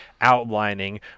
outlining